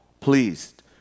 pleased